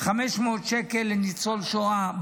500 שקל לניצול שואה,